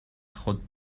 خود